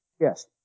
Yes